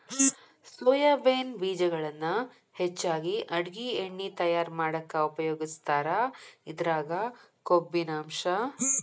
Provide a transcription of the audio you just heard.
soybean ಬೇಜಗಳನ್ನ ಹೆಚ್ಚಾಗಿ ಅಡುಗಿ ಎಣ್ಣಿ ತಯಾರ್ ಮಾಡಾಕ ಉಪಯೋಗಸ್ತಾರ, ಇದ್ರಾಗ ಕೊಬ್ಬಿನಾಂಶ ಕಡಿಮೆ ಇರತೇತಿ